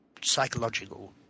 psychological